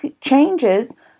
changes